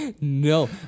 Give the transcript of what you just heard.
No